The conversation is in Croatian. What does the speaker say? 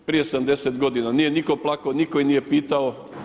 Prije 70 godina nije nitko plakao, nitko ih nije pitao.